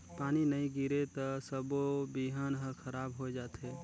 पानी नई गिरे त सबो बिहन हर खराब होए जथे